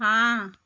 हाँ